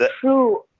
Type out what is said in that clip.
true